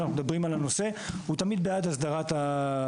כשאנחנו מדברים על הנושא הוא תמיד בעד הסדרת הנושא.